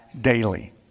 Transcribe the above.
daily